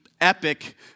epic